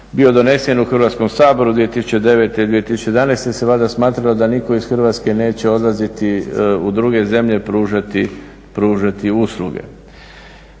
bio donesen u Hrvatskom saboru 2009. i 2011. se valjda smatralo da niko iz Hrvatske neće odlaziti u druge zemlje pružati usluge.